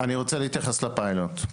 אני רוצה להתייחס לפיילוט.